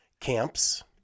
camps